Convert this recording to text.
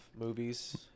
movies